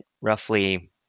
roughly